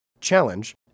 challenge